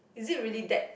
is it really that